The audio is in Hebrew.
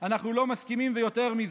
אנחנו לא מסכימים, ויותר מזה: